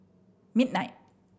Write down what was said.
midnight